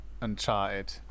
Uncharted